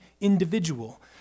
individual